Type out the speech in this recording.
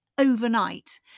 Overnight